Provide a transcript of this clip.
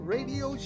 Radio